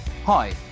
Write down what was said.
Hi